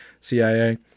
CIA